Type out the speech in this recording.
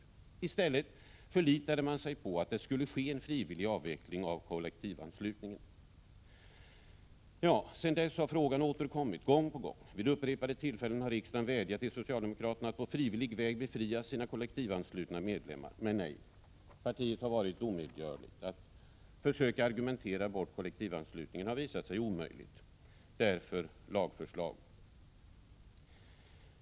I stället förlitade man sig på att det skulle ske en frivillig avveckling av kollektivanslutningen. Sedan dess har frågan återkommit gång på gång. Vid upprepade tillfällen har riksdagen vädjat till socialdemokraterna att på frivillig väg befria sina kollektivanslutna medlemmar. Men, nej, partiet har varit omedgörligt. Att försöka argumentera bort kollektivanslutningen har visat sig omöjligt — därför lagförslaget.